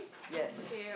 yes